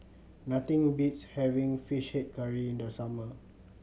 nothing beats having Fish Head Curry in the summer